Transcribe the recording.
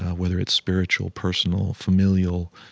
whether it's spiritual, personal, familial.